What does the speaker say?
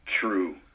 true